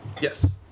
Yes